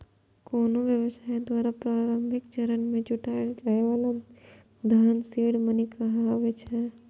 कोनो व्यवसाय द्वारा प्रारंभिक चरण मे जुटायल जाए बला धन सीड मनी कहाबै छै